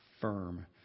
firm